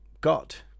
got